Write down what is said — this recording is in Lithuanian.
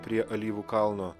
prie alyvų kalno